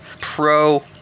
pro-